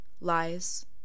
Lies